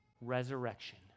Resurrection